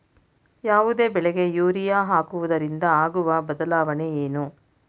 ಯಾವುದೇ ಬೆಳೆಗೆ ಯೂರಿಯಾ ಹಾಕುವುದರಿಂದ ಆಗುವ ಬದಲಾವಣೆ ಏನು?